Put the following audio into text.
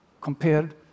compared